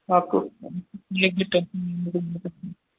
आपको एक भी